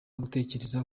gutekereza